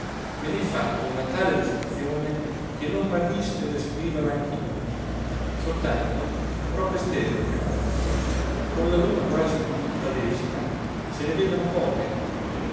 luna me n'hai fatto una tale descrizione che non m'arrischio a descriverla anch'io soltanto troppe stelle caro con la luna quasi in quintadecima se ne vedono poche